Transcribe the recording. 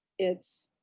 it's